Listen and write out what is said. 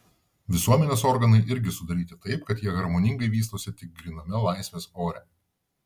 visuomenės organai irgi sudaryti taip kad jie harmoningai vystosi tik gryname laisvės ore